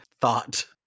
thought